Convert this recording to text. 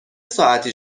ساعتی